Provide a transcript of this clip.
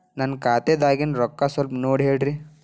ನನ್ನ ಖಾತೆದಾಗಿನ ರೊಕ್ಕ ಸ್ವಲ್ಪ ನೋಡಿ ಹೇಳ್ರಿ